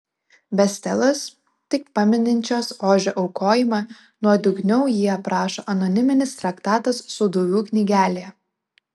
be stelos tik pamininčios ožio aukojimą nuodugniau jį aprašo anoniminis traktatas sūduvių knygelė